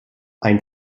ein